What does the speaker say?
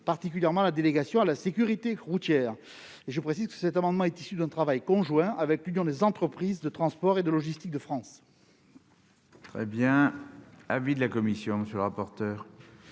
particulièrement par la délégation à la sécurité routière. Je précise que cet amendement est issu d'un travail conjoint avec l'Union des entreprises de transport et logistique de France. Quel est l'avis de la commission ? Monsieur